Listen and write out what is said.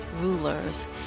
rulers